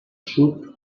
sud